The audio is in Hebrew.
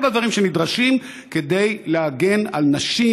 כל הדברים שנדרשים כדי להגן על נשים